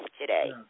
today